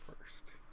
first